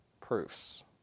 proofs